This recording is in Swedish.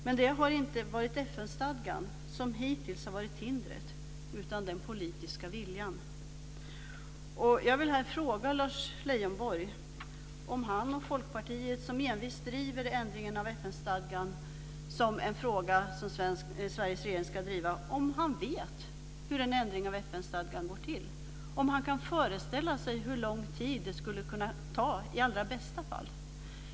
Men det har inte varit FN-stadgan som hittills har varit hindret utan det har varit den politiska viljan. Jag vill fråga Lars Leijonborg om han och Folkpartiet, som envist driver en ändring av FN-stadgan som en fråga som Sveriges regering ska driva, om han vet hur en ändring av FN-stadgan går till, kan föreställa sig hur lång tid det skulle kunna ta i allra bästa fall.